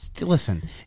listen